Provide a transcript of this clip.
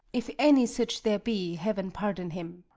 if any such there be, heaven pardon him!